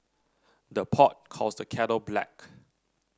the pot calls the kettle black